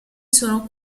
sono